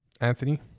Anthony